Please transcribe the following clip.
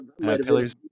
Pillars